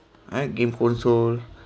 I game console